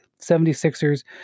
76ers